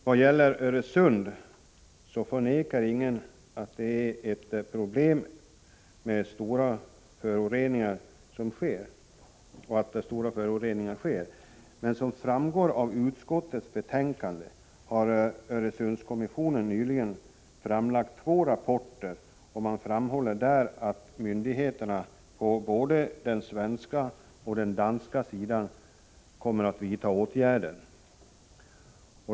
Vad gäller Öresund så förnekar ingen att det är ett problem och att stora föroreningar förekommer. Men som framgår av utskottets betänkande har Öresundskommissionen nyligen framlagt två rapporter, och man framhåller där att myndigheterna på både den svenska och den danska sidan kommer att vidta åtgärder.